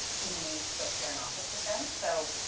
we still share an office with them, so,